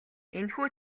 энэхүү